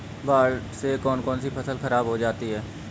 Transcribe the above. बाढ़ से कौन कौन सी फसल खराब हो जाती है?